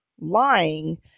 lying